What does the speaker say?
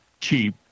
cheap